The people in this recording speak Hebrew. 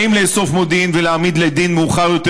האם לאסוף מודיעין ולהעמיד לדין מאוחר יותר,